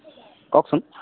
কওকচোন